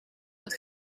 het